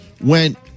went